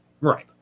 Right